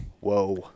whoa